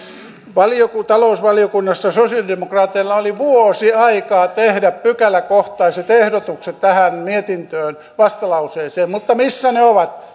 talousvaliokunnassa sosiaalidemokraateilla oli vuosi aikaa tehdä pykäläkohtaiset ehdotukset tähän vastalauseeseen mutta missä ne ovat